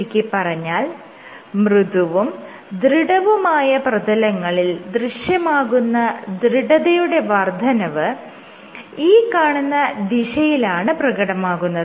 ചുരുക്കിപ്പറഞ്ഞാൽ മൃദുവും ദൃഢവുമായ പ്രതലങ്ങളിൽ ദൃശ്യമാകുന്ന ദൃഢതയുടെ വർദ്ധനവ് ഈ കാണുന്ന ദിശയിലാണ് പ്രകടമാകുന്നത്